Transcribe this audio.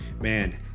man